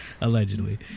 Allegedly